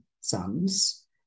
sons